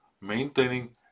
maintaining